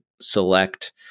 select